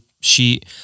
sheet